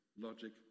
Logic